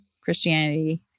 Christianity